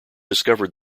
discovered